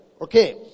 Okay